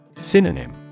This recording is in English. Synonym